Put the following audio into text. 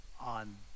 on